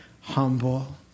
humble